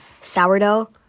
sourdough